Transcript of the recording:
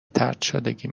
طردشدگی